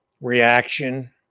reaction